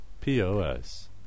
POS